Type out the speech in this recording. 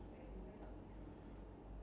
think by five